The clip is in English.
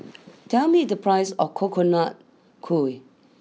tell me the price of Coconut Kuih